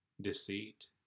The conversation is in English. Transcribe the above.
deceit